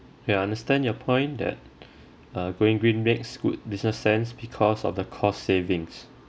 ya I understand your point that uh going green makes good business sense because of the cost savings